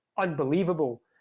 unbelievable